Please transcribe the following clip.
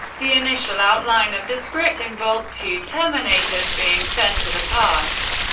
the initial outline of the script involved two terminators being sent to the past.